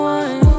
one